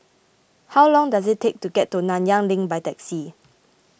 how long does it take to get to Nanyang Link by taxi